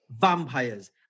Vampires